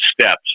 steps